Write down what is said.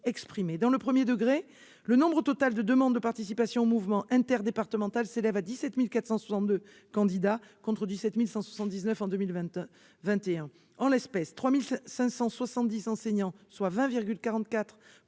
exprimé. Dans le premier degré, le nombre total de demandes de participation au mouvement interdépartemental s'élève à 17 462 candidats contre 17 179 en 2021. En l'espèce, 3 570 enseignants, soit 20,44